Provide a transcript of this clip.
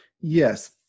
Yes